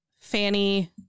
Fanny